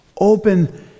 open